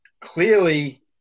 clearly